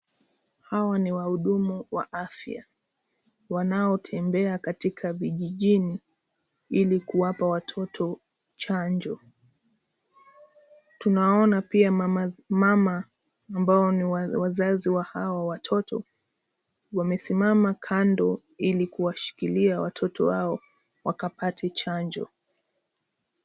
Hawa ni wahudumu wa afya wanaotembea katika vijijijini ili kuwapa watoto chanjo. Tunaona pia mama, mama ambao ni wazazi wa hawa watoto wamesimama kando ili kuwashikilia watoto wao wakapate chanjo.